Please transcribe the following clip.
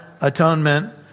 atonement